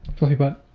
fluffy butt